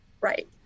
Right